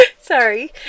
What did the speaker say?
Sorry